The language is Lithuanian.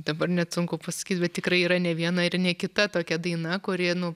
dabar net sunku pasakyt bet tikrai yra ne viena ir ne kita tokia daina kuri nu